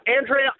Andrea